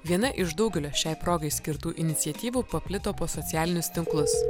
viena iš daugelio šiai progai skirtų iniciatyvų paplito po socialinius tinklus